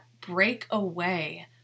breakaway